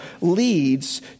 leads